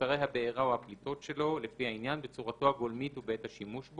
ותוצרי הבעירה או הפליטות שלהם כאמור; בתקנות לפי סעיף קטן זה